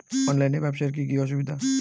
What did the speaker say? অনলাইনে ব্যবসার কি কি অসুবিধা?